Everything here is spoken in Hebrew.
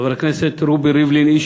חבר הכנסת רובי ריבלין, איש